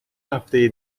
هفته